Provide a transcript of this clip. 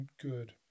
good